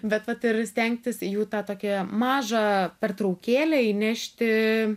bet vat ir stengtis į jų tą tokią mažą pertraukėlę įnešti